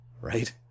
right